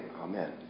amen